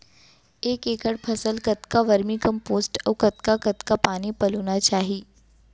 एक एकड़ फसल कतका वर्मीकम्पोस्ट अऊ कतका कतका पानी पलोना चाही?